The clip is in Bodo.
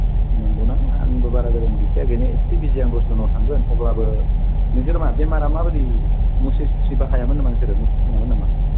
नंगौना आंबो बारा गोजान गैखाया बिदिनो इसे बिजि आं दसे उनाव थांगोन अब्लाबो ओमफ्राय मा बेमारा माबायदि मुस्रि सुस्रि बाहायमोन नामा नोंसोरो मुस्रि सोङामोन नामा